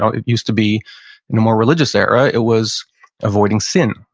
um it used to be, in a more religious era, it was avoiding sin.